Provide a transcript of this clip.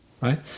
right